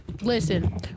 listen